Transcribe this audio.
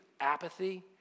apathy